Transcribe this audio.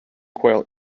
quail